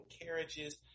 carriages